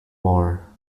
more